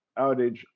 outage